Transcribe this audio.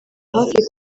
hafi